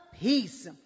Peace